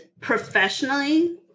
professionally